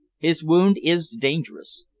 his wound is dangerous.